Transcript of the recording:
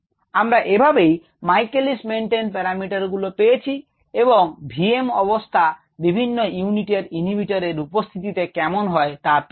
আমরা এভাবেই Michaelis Menten প্যারামিটারগুলো পেয়েছি এবং v m অবস্থা বিভিন্ন ইউনিটের ইনহিবিটর এর উপস্থিতিতে কেমন হয় তা পেয়েছি